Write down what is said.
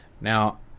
Now